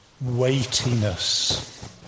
weightiness